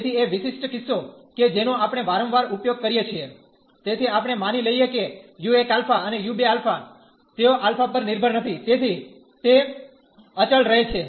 તેથી એ વિશિષ્ટ કિસ્સો કે જેનો આપણે વારંવાર ઉપયોગ કરીએ છીએ તેથી આપણે માની લઈએ કે u1α અને u2α તેઓ α પર નિર્ભર નથી તેથી તે અચળ રહે છે